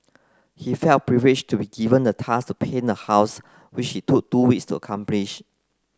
he felt privileged to be given the task to paint the house which he took two weeks to accomplish